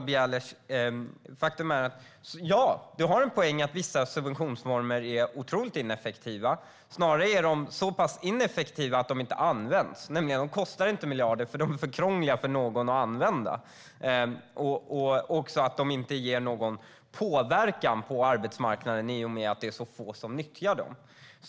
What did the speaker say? Bieler har en poäng i att vissa subventionsformer är otroligt ineffektiva. Snarare är de så pass ineffektiva att de inte används. De kostar inte miljarder eftersom de är för krångliga att använda. De ger inte någon påverkan på arbetsmarknaden i och med att det är så få som nyttjar dem.